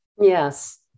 Yes